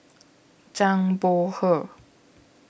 Zhang Bohe